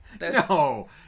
No